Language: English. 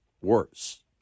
worse